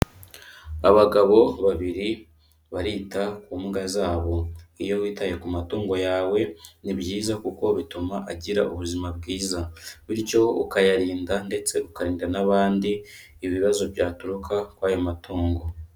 Abagabo babiri barita ku mbwa zabo, iyo witaye ku matungo yawe ni byiza kuko bituma agira ubuzima bwiza bityo ukayarinda ndetse ukarinda n'abandi ibibazo byaturuka kuri ayo matongo.